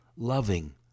loving